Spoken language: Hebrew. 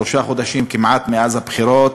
שלושה חודשים כמעט מאז הבחירות